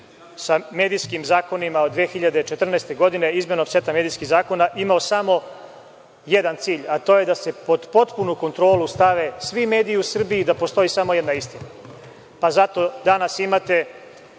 sa medijskim zakonima od 2014. godine, izmenom seta medijskih zakona, imao samo jedan cilj, a to je da se pod potpunu kontrolu stave svi mediji u Srbiji i da postoji samo jedna istina. Zato danas imate